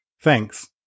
Thanks